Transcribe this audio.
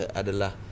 adalah